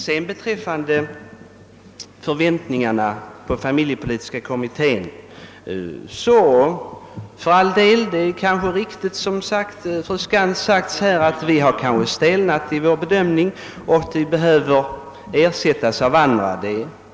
Vad beträffar förväntningarna på familjepolitiska kommittén är det kanske riktigt som fru Skantz säger, att vi ledamöter av kommittén stelnat i vår bedömning och behöver ersättas av andra.